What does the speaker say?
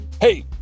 hey